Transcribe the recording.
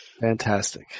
Fantastic